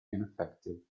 ineffective